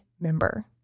member